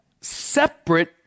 separate